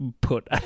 put